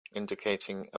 indicating